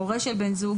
הורה של בן זוג,